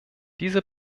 dieser